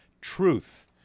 Truth